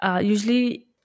usually